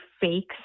fakes